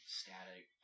static